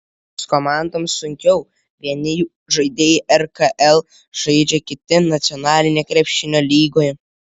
kitoms komandoms sunkiau vieni jų žaidėjai rkl žaidžia kiti nacionalinėje krepšinio lygoje